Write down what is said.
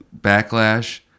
backlash